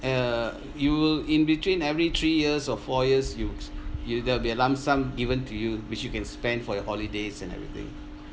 err you in between every three years or four years you~ you there'll be a lump sum given to you which you can spend for your holidays and everything